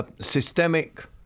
systemic